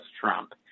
Trump